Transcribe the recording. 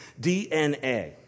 DNA